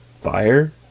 fire